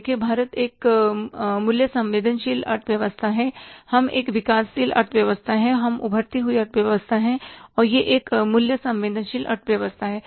देखें भारत एक मूल्य संवेदनशील अर्थव्यवस्था है हम एक विकासशील अर्थव्यवस्था हैं हम उभरती हुई अर्थव्यवस्था हैं और यह एक मूल्य संवेदनशील अर्थव्यवस्था है